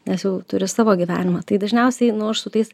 nes jau turi savo gyvenimą tai dažniausiai nu aš su tais